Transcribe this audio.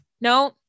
No